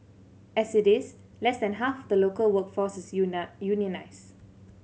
as it is less than half the local workforce is unionised